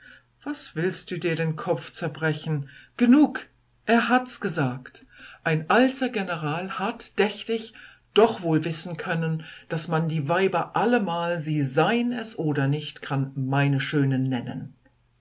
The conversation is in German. was willst du dir den kopf zerbrechen genug er hats gesagt ein alter general hat dächt ich doch wohl wissen können daß man die weiber allemal sie sein es oder nicht kann meine schönen nennen